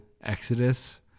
Exodus